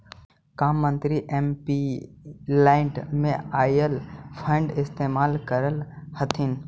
का मंत्री एमपीलैड में आईल फंड इस्तेमाल करअ हथीन